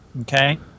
okay